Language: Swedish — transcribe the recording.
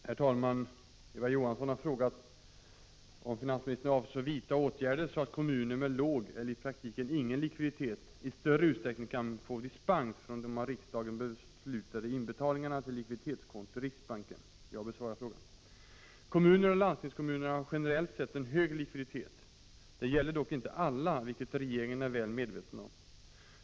Herr talman! Eva Johansson har frågat om finansministern avser att vidta åtgärder så att kommuner med låg eller i praktiken ingen likviditet i större utsträckning kan få dispens från de av riksdagen beslutade inbetalningarna till likviditetskonto i riksbanken. Jag besvarar frågan. Kommunerna och landstingskommunerna har generellt sett en hög likviditet. Detta gäller dock inte alla, vilket regeringen är väl medveten om.